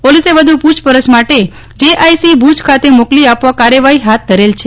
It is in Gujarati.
પોલીસે વધુ પૂછપરછ માટે જેઆઈસી ભુજ ખાતે મોકલી આપવા કાર્યવાહી હાથ ધરેલ છે